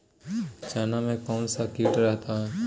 चना में कौन सा किट रहता है?